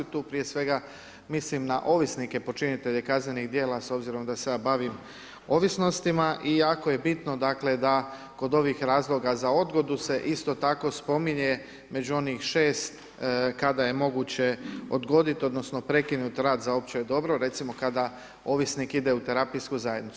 Tu prije svega mislim na ovisnike počinitelje kaznenih dijela s obzirom da se ja bavim ovisnostima i jako je bitno dakle da kod ovih razloga za odgodu se isto tako spominje među onih šest kada je moguće odgodit odnosno prekinut rad za opće dobro, recimo kada ovisnik ide u terapijsku zajednicu.